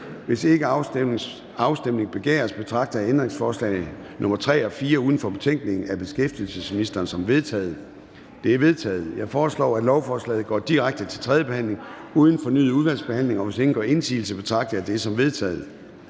Hvis ikke afstemning begæres, betragter jeg ændringsforslag nr. 3 og 4 uden for betænkningen af beskæftigelsesministeren som vedtaget. De er vedtaget. Jeg foreslår, at lovforslaget går direkte til tredje behandling uden fornyet udvalgsbehandling. Hvis ingen gør indsigelse, betragter jeg dette som vedtaget.